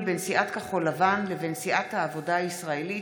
בין סיעת כחול לבן לבין סיעת העבודה הישראלית,